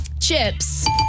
chips